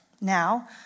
now